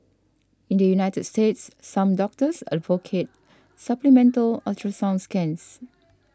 in the United States some doctors advocate supplemental ultrasound scans